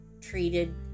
treated